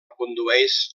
condueix